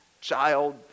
child